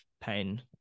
pain